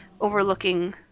overlooking